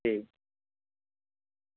जी